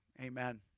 Amen